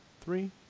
three